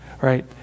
right